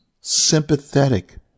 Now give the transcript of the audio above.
sympathetic